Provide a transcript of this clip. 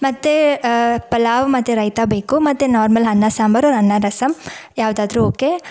ಮತ್ತೆ ಪಲಾವು ಮತ್ತೆ ರಾಯ್ತ ಬೇಕು ಮತ್ತೆ ನಾರ್ಮಲ್ ಅನ್ನ ಸಾಂಬರು ಆರ್ ಅನ್ನ ರಸಮ್ ಯಾವುದಾದ್ರೂ ಓಕೆ